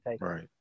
right